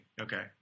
Okay